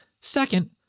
Second